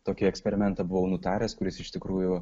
tokį eksperimentą buvau nutaręs kuris iš tikrųjų